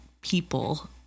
people